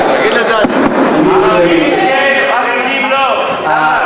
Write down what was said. אקדמאים לא לומדים תורה,